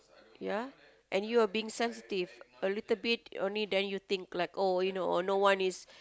ya and you are being sensitive a little bit only then you think like oh you know no one is